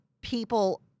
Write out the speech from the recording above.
people